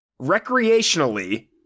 recreationally